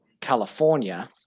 California